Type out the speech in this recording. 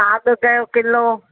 साॻु कयो किलो